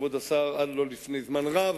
כבוד השר, עד לא לפני זמן רב,